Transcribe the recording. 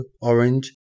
orange